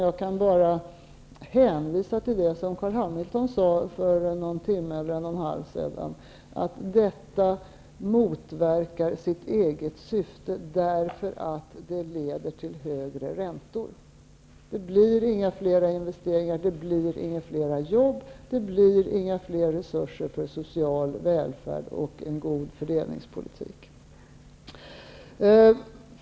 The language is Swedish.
Jag kan bara hänvisa till det som Carl Hamilton sade för någon timme sedan eller en och en halv, att detta motverkar sitt eget syfte därför att det leder till högre räntor. Det blir inga flera investeringar, det blir inga flera jobb, det blir inga flera resurser för social välfärd och god fördelningspolitik.